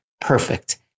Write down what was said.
Perfect